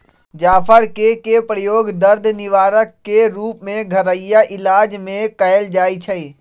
जाफर कें के प्रयोग दर्द निवारक के रूप में घरइया इलाज में कएल जाइ छइ